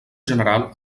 general